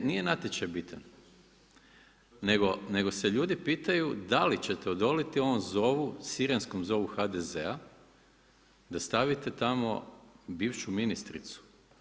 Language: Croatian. Ne, nije natječaj bitan, nego se ljudi pitaju da li ćete odoliti ovom zovu sirenskom zovu HDZ-a, da stavite tamo bivšu ministricu.